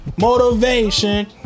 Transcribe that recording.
Motivation